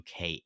uk